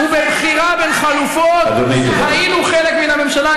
ובבחירה בין חלופות היינו חלק מן הממשלה,